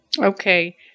Okay